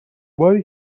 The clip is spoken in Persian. باری